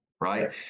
right